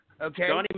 Okay